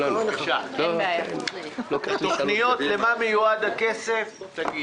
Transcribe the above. תגידי למה מיועד הכסף.